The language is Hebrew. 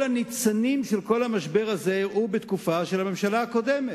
כל הניצנים של כל המשבר הזה אירעו בתקופה של הממשלה הקודמת,